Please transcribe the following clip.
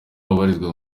abarizwa